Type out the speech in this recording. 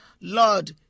Lord